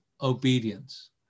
obedience